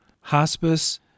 Hospice